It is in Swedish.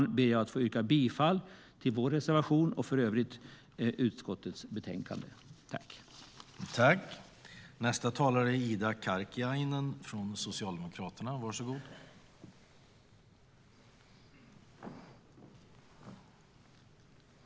Med de orden vill jag yrka bifall till vår reservation och i övrigt till utskottets förslag i betänkandet.